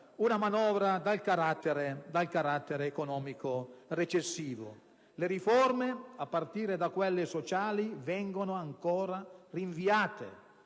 una manovra dal carattere economico recessivo. Le riforme, a partire da quelle sociali, vengono ancora rinviate